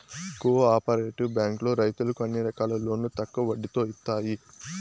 co operative బ్యాంకులో రైతులకు అన్ని రకాల లోన్లు తక్కువ వడ్డీతో ఇత్తాయి